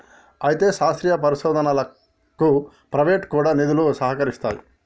అయితే శాస్త్రీయ పరిశోధనకు ప్రైవేటు కూడా నిధులు సహకరిస్తాయి